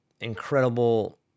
incredible